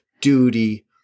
duty